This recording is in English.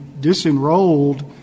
disenrolled